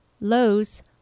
Lowe's